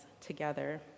together